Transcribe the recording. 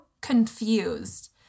confused